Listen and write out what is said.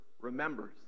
remembers